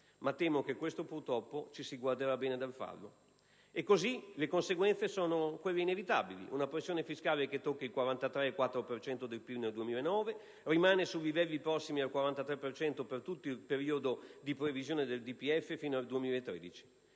ma temo che questo, purtroppo, ci si guarderà bene dal farlo. E così, le conseguenze sono quelle inevitabili: una pressione fiscale che tocca il 43,4 per cento del PIL nel 2009 e rimane su livelli prossimi al 43 per cento per tutto il periodo di previsione del DPEF, fino al 2013.